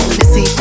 Missy